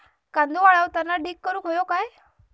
कांदो वाळवताना ढीग करून हवो काय?